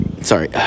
Sorry